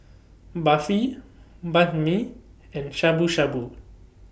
Barfi Banh MI and Shabu Shabu